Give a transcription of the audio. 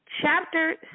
chapter